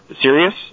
serious